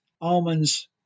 Almond's